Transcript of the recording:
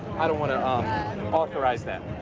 i don't want to ah authorize that.